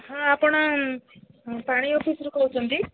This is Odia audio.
ହଁ ଆପଣ ପାଣି ଅଫିସ୍ରୁ କହୁଛନ୍ତି